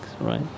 right